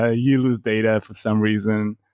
ah you lose data for some reason.